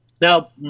Now